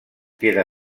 queda